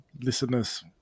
listeners